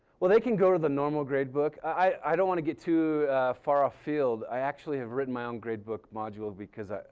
well they can go to the normal grade book. i don't want to get too far off field. i actually have written my own grade book module because,